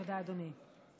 תודה, אדוני.